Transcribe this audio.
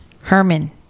herman